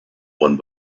one